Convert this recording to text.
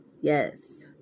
Yes